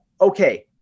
okay